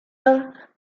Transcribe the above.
major